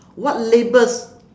what labels